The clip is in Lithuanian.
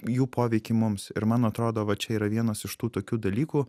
jų poveikį mums ir man atrodo va čia yra vienas iš tų tokių dalykų